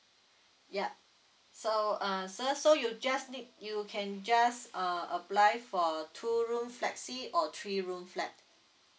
yup so uh so sir you just need you can just uh apply for two room flexi or three room flat